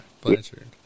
Blanchard